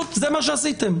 זה מה שעשיתם,